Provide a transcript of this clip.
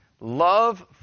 Love